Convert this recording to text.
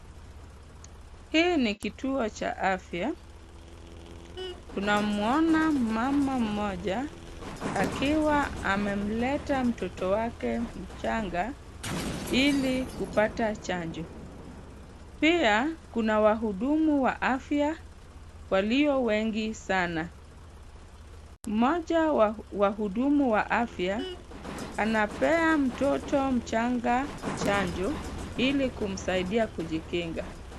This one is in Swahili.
Hii ni kituo cha afya. Tunamuona mama mmoja akiwa amemleta mtoto wake mchanga ili kupata chanjo. Pia kuna wahudumu wa afya walio wengi sana. Mmoja wa wahudumu wa afya anapea mtoto mchanga chanjo ili kumsaidia kujikinga.